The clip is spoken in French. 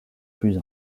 plus